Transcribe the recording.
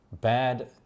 bad